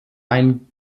ein